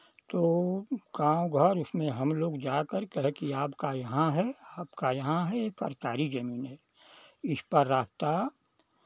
तो गाँव घर उसमें हमलोग जाकर कहे कि आपका यहाँ है आपका यहाँ है ये सरकारी ज़मीन है इस पर रास्ता